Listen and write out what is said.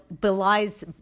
belies